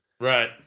Right